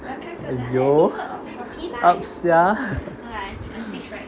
!aiyo! up sia